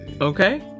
okay